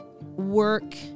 work